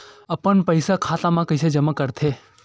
अपन पईसा खाता मा कइसे जमा कर थे?